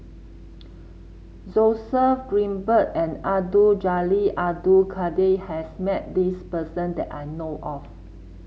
Joseph Grimberg and Abdul Jalil Abdul Kadir has met this person that I know of